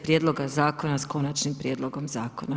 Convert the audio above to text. Prijedloga Zakona s Konačnim prijedloga Zakona.